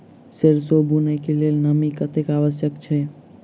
सैरसो बुनय कऽ लेल नमी कतेक आवश्यक होइ छै?